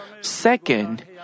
second